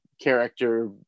character